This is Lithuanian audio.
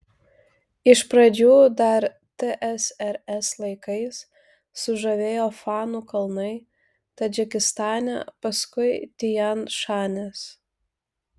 iš pradžių dar tsrs laikais sužavėjo fanų kalnai tadžikistane paskui tian šanis